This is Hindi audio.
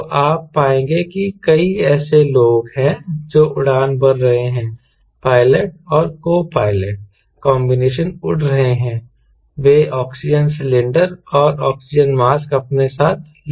तो आप पाएंगे कि कई ऐसे लोग हैं जो उड़ान भर रहे हैं पायलट और कोपायलट कॉन्बिनेशन उड़ रहे हैं वे ऑक्सीजन सिलेंडर और ऑक्सीजन मास्क अपने साथ ले जाते हैं